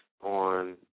on